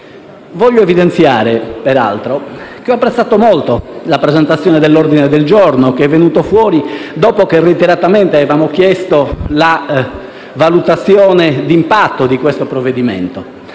Voglio evidenziare peraltro che ho apprezzato molto la presentazione dell'ordine del giorno, che è venuto fuori dopo che reiteratamente avevamo chiesto la valutazione di impatto di questo provvedimento.